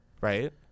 right